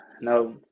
no